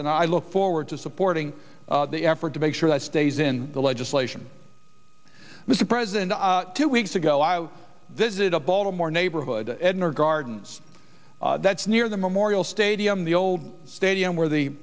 and i look forward to supporting the effort to make sure that stays in the legislation mr president two weeks ago i visited a baltimore neighborhood gardens that's near the memorial stadium the old stadium where the